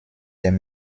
dem